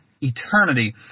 eternity